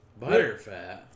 Butterfat